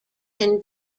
can